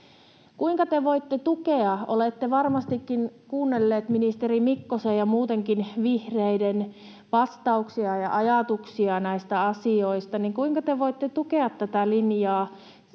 sitä, että kun olette varmastikin kuunnelleet ministeri Mikkosen ja muutenkin vihreiden vastauksia ja ajatuksia näistä asioista, kuinka te voitte tukea tätä linjaa.